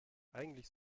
eigentlich